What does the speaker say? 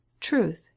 Truth